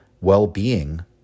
well-being